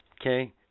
okay